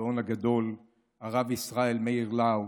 הגאון הגדול הרב ישראל מאיר לאו,